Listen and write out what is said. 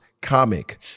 comic